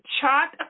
chart